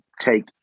take